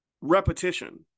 repetition